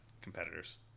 competitors